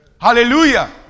Hallelujah